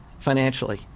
financially